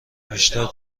بیشتر